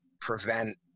prevent